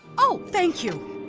oh, thank you.